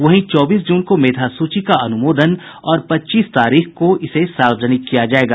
वहीं चौबीस जून को मेधा सूची का अनुमोदन और पच्चीस तारीख को इसे सार्वजनिक किया जायेगा